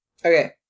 Okay